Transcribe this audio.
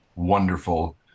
wonderful